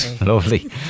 Lovely